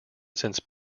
since